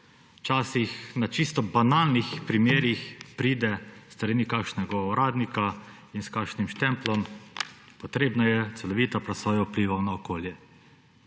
včasih na čisto banalnih primerih pride s strani kakšnega uradnika in s kakšnim štempljem, »potrebna je celovita presoja vplivov na okolje«.